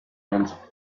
and